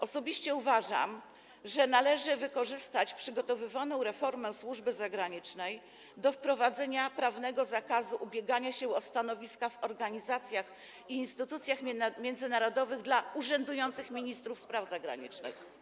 Osobiście uważam, że należy wykorzystać przygotowywaną reformę służby zagranicznej do wprowadzenia prawnego zakazu ubiegania się o stanowiska w organizacjach i instytucjach międzynarodowych dla urzędujących ministrów spraw zagranicznych.